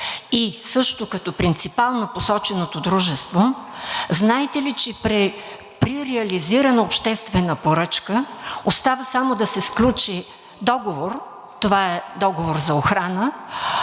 и също като принципал на посоченото дружество, знаете ли, че при реализирана обществена поръчка остава само да се сключи договор. Това е договор за охрана